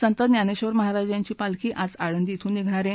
संत ज्ञानेबर महाराजांची पालखी आज आळंदी श्रून निघणार आहे